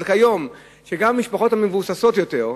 אבל כיום, כשגם המשפחות המבוססות יותר,